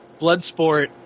Bloodsport